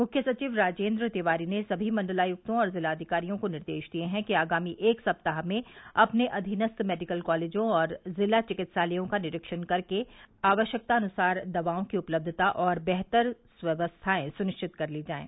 मुख्य सचिव राजेन्द्र तिवारी ने सभी मंडलायुक्तों और जिलाधिकारियों को निर्देश दिये हैं कि आगामी एक सप्ताह में अपने अधीनस्थ मेडिकल कॉलेजों और जिला चिकित्सालयों का निरीक्षण करके आवश्यकतानुसार दवाओं की उपलब्धता और बेहतर व्यवस्थाएं सुनिश्चित कर ली जायें